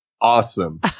awesome